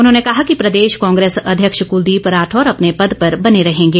उन्होंने कहा कि प्रदेश कांग्रेस अध्यक्ष कुलदीप राठौर अपने पद पर बने रहेंगे